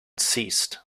ceased